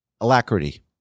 alacrity